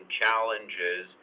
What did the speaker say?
challenges